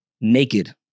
naked